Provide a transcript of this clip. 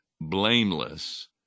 blameless